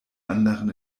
anderen